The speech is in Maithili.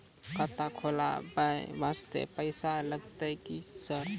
खाता खोलबाय वास्ते पैसो लगते की सर?